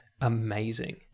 amazing